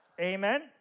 Amen